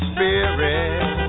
Spirit